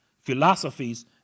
philosophies